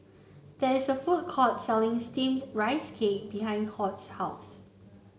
there is a food court selling steamed Rice Cake behind Hoyt's house